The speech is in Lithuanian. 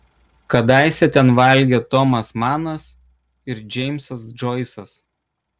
kadaise ten valgė tomas manas ir džeimsas džoisas